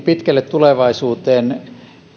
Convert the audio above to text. pitkälle tulevaisuuteen